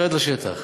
תרד לשטח.